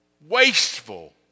Wasteful